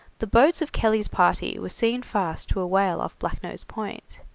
the boats of kelly's party were seen fast to a whale off black nose point.